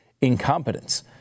incompetence